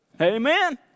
Amen